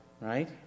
right